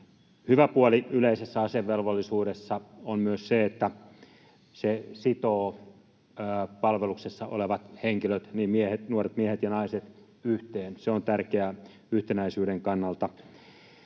Hyvä puoli yleisessä asevelvollisuudessa on myös se, että se sitoo palveluksessa olevat henkilöt, nuoret miehet ja naiset, yhteen. Se on tärkeää yhtenäisyyden kannalta.